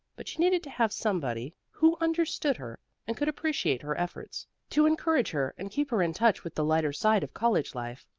but she needed to have somebody who understood her and could appreciate her efforts, to encourage her and keep her in touch with the lighter side of college life.